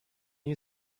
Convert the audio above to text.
you